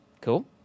Cool